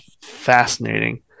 fascinating